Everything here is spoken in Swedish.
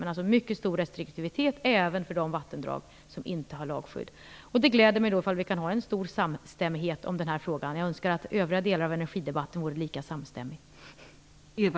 Men mycket stor restriktivitet skall tillämpas även för de vattendrag som inte har lagskydd. Det gläder mig om vi kan ha en stor samstämmighet om den här frågan. Jag önskar att övriga delar av energidebatten vore lika samstämmiga.